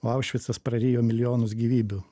o aušvicas prarijo milijonus gyvybių